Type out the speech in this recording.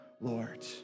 Lord